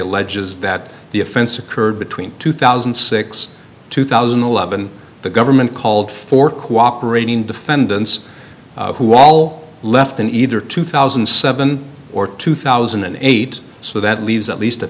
alleges that the offense occurred between two thousand and six two thousand and eleven the government called for cooperating defendants who all left in either two thousand and seven or two thousand and eight so that leaves at least a